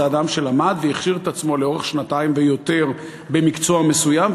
זה אדם שלמד והכשיר את עצמו במשך שנתיים ויותר במקצוע מסוים,